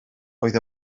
oedd